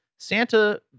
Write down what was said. Santa